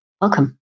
welcome